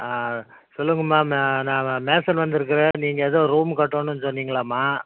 சொல்லுங்கள் மே நான் மேஸன் வந்துருக்குறேன் நீங்கள் எதுவும் ரூம் கட்டணும்னு சொன்னீங்களாமா